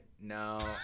No